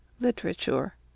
Literature